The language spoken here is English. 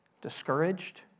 discouraged